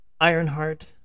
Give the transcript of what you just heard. Ironheart